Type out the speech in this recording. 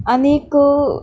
आनीक